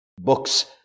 Book's